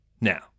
Now